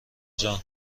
جان